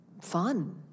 fun